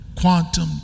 quantum